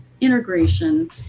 integration